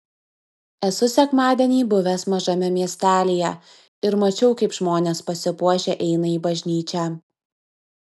esu sekmadienį buvęs mažame miestelyje ir mačiau kaip žmonės pasipuošę eina į bažnyčią